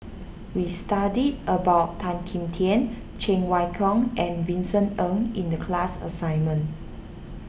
we studied about Tan Kim Tian Cheng Wai Keung and Vincent Ng in the class assignment